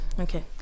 Okay